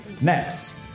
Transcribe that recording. Next